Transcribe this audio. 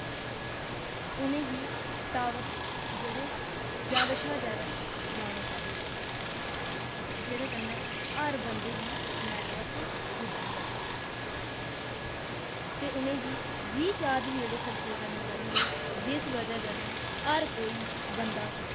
उ'नें गी टॉवर जेह्ड़े जादै कशा जादै लानै चाहिदे जेह्दे कन्नै हर बंदे ई नेटवर्क पुज्जी जाये ते उ'नें गी रीचार्ज बी जेह्ड़े सस्ते करने चाहिदे जिस बजह कन्नै हर कोई बंदा